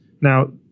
Now